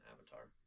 Avatar